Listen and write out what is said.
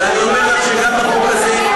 ואני אומר לך שגם בחוק הזה,